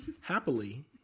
Happily